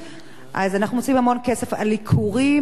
אז אנחנו מוציאים המון כסף על עיקורים וחיסונים,